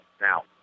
Now